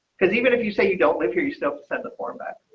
because even if you say you don't live here. you still send the format.